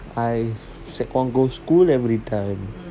I girls school every time